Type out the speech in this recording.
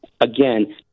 again